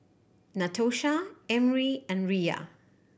Natosha Emry and Riya